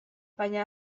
baina